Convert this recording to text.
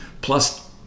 plus